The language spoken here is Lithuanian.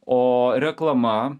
o reklama